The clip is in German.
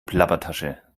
plappertasche